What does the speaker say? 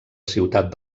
ciutat